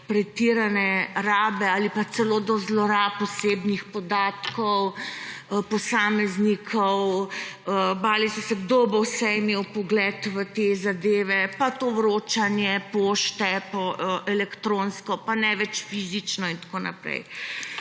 pretirane rabe ali pa celo do zlorab osebnih podatkov posameznikov, bali so se, kdo bo vse imel vpogled v te zadeve, pa to vročanje pošte elektronsko, pa ne več fizično in tako naprej.